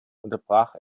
unterbrach